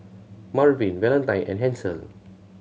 Marvin Valentine and Hansel